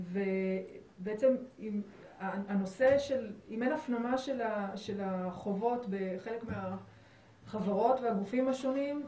אם אין הפנמה של החובות בחלק מהחברות והגופים השונים,